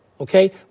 Okay